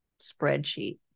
spreadsheet